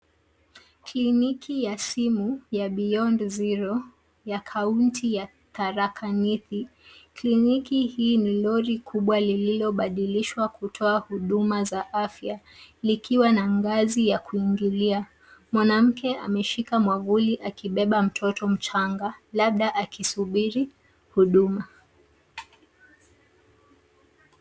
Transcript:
Kliniki ya simu ya Beyond Zero ya kaunti ya Tharaka-Nithi. Kliniki hii ni lori kubwa lililobadilishwa kutoa huduma za afya likiwa na ngazi ya kuingilia. Mwanamke ameshika mwavuli akibeba mtoto mchanga labda akisubiri huduma.